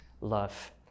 love